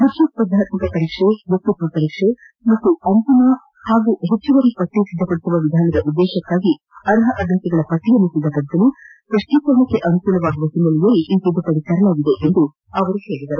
ಮುಖ್ಯ ಸ್ವರ್ಧಾತ್ಮಕ ಪರೀಕ್ಷೆ ವ್ಯಕ್ತಿತ್ವ ಪರೀಕ್ಷೆ ಮತ್ತು ಅಂತಿಮ ಹಾಗೂ ಹೆಚ್ಚುವರಿ ಪಟ್ಟಿ ಸಿದ್ದಪದಿಸುವ ವಿಧಾನದ ಉದ್ದೇಶಕ್ಕಾಗಿ ಅರ್ಹ ಅಭ್ಯರ್ಥಿಗಳ ಪಟ್ಟಿಯನ್ನು ಸಿದ್ದಪಡಿಸಲು ಸ್ಪಷ್ಟೀಕರಣಕ್ಕೆ ಅನುಕೂಲವಾಗುವ ಹಿನ್ನೆಲೆಯಲ್ಲಿ ಈ ತಿದ್ದುಪದಿ ತರಲಾಗಿದೆ ಎಂದು ಅವರು ಹೇಳಿದರು